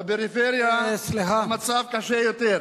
בפריפריה המצב קשה יותר.